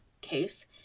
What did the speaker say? case